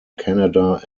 canada